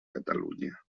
catalunya